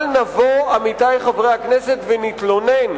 עמיתי חברי הכנסת,